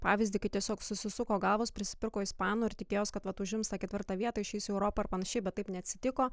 pavyzdį kai tiesiog susisuko gavos prisipirko ispanų ir tikėjos kad vat užims tą ketvirtą vietą išeis į europą ir panašiai bet taip neatsitiko